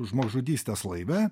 žmogžudystės laive